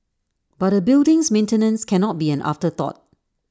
but A building's maintenance cannot be an afterthought